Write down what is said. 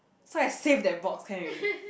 so I save that box can already